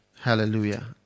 Hallelujah